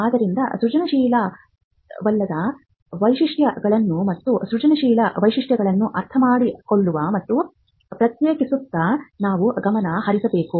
ಆದ್ದರಿಂದ ಸೃಜನಶೀಲವಲ್ಲದ ವೈಶಿಷ್ಟಗಳು ಮತ್ತು ಸೃಜನಶೀಲ ವೈಶಿಷ್ಟ್ಯಗಳನ್ನು ಅರ್ಥಮಾಡಿಕೊಳ್ಳುವ ಮತ್ತು ಪ್ರತ್ಯೇಕಿಸುವತ್ತ ನಾವು ಗಮನ ಹರಿಸಬೇಕು